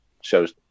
shows